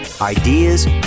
ideas